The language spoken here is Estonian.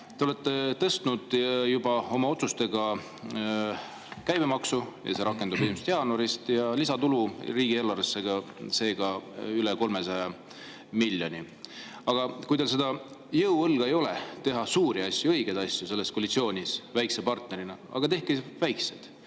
Te olete tõstnud juba oma otsustega käibemaksu, see rakendub 1. jaanuarist, lisatulu riigieelarvesse seega üle 300 miljoni [euro]. Aga kui teil seda jõuõlga ei ole teha suuri asju, õigeid asju selles koalitsioonis väikse partnerina, siis tehke väikseid.